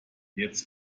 jetzt